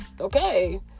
okay